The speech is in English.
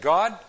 God